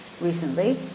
recently